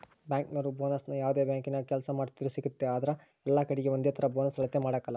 ಬ್ಯಾಂಕಿನೋರು ಬೋನಸ್ನ ಯಾವ್ದೇ ಬ್ಯಾಂಕಿನಾಗ ಕೆಲ್ಸ ಮಾಡ್ತಿದ್ರೂ ಸಿಗ್ತತೆ ಆದ್ರ ಎಲ್ಲಕಡೀಗೆ ಒಂದೇತರ ಬೋನಸ್ ಅಳತೆ ಮಾಡಕಲ